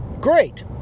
great